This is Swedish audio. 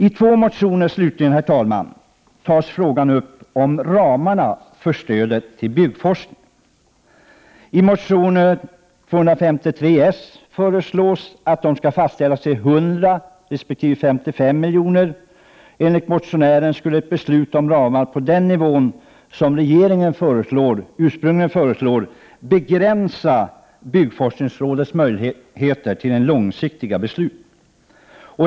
I två motioner tas slutligen frågan om ramarna för stödet till byggnadsforskning upp. I motion Bo253 föreslås att ramarna skall fastställas till 100 resp. 55 milj.kr. Enligt motionären skulle ett beslut om ramar på den nivå som regeringen föreslår begränsa byggforskningsrådets möjligheter att fatta långsiktiga beslut.